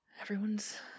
everyone's